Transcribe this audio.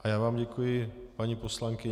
Já vám děkuji, paní poslankyně.